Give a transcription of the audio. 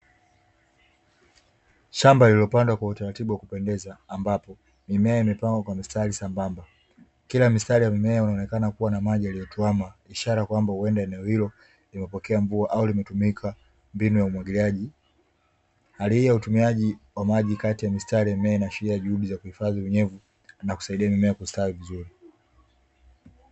Shamba lililopandwa kwa utaratibu wa kupendeza ambapo mimea imepangwa kwa mstari sambamba. Kila mistari ya mimea unaonekana kuwa na maji yaliyotuama, ishara kwamba huenda eneo hilo ni wa pokea mvua au limetumika mbinu ya umwagiliaji. Hali huu ya utumiaji wa maji kati ya mistari ya mimea inaonyesha juhudi za kuhifadhi unyevu na kusaidia mimea kustawi vizuri.